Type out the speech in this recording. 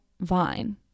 vine